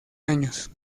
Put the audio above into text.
años